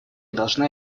должна